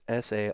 SA